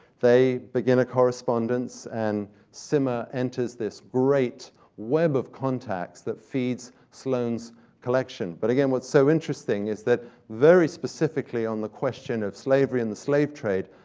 they begin a correspondence, and swymmer enters this great web of contacts that feeds sloane's collection, but again, what's so interesting is that very specifically, on the question of slavery and the slave trade,